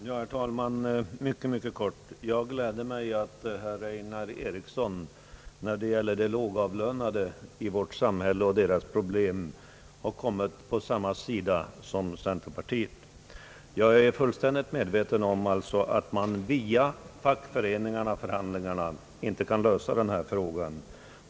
Herr talman! Det gladde mig att herr Einar Eriksson när det gäller de lågavlönade i vårt samhälle och deras problem har kommit på samma sida som centerpartiet. Jag är alltså fullt medveten om att man via fackföreningarnas förhandlingar inte kan lösa denna fråga.